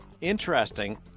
Interesting